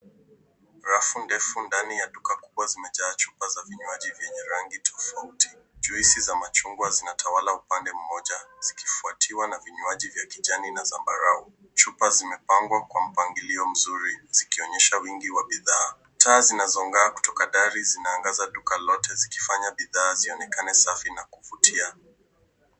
Rafu ndefu ndani ya duka kubwa zimejaa chupa za vinywaji vyenye rangi tofauti. Juisi za machungwa zinatawala upande mmoja, zikifuatiwa na vinywaji vya kijani na zambarau. Chupa zimepangwa kwa mpangilio mzuri, zikionyesha wingi wa bidhaa. Taa zinazong'aa kutoka dari zinaangaza duka lote, zikifanya bidhaa zionekane safi na kuvutia.